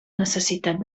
necessitat